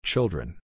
Children